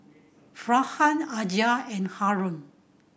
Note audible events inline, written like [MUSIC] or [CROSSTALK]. [UNINTELLIGIBLE] Aizat and Haron